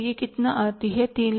तो यह कितना आती है 360000